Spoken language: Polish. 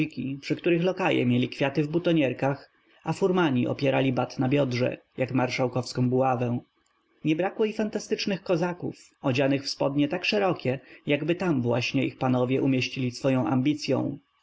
przy których lokaje mieli kwiaty w butonierkach a furmani opierali bat na biodrze jak marszałkowską buławę nie brakło i fantastycznych kozaków odzianych w spodnie tak szerokie jakby tam właśnie ich panowie umieścili swoję ambicyą